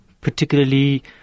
particularly